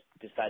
decide